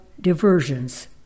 diversions